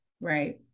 Right